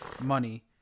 money